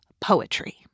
poetry